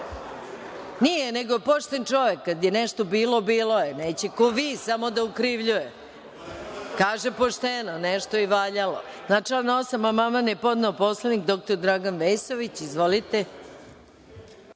nego pošten čovek. Kad je nešto bilo, bilo je. Neće kao vi, samo da okrivljuje. Kaže pošteno, nešto je i valjalo. Na član 8. amandman je podneo poslanik dr Dragan Vesović. Izvolite.